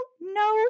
no